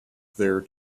there